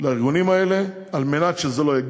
לארגונים האלה על מנת שזה לא יהיה.